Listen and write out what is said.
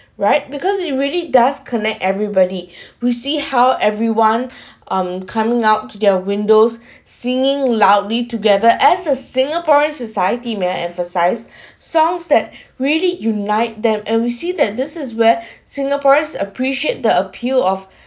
right because it really does connect everybody we see how everyone um coming out to their windows singing loudly together as a singaporean society may I emphasise songs that really unite them and we see that this is where singaporeans appreciate the appeal of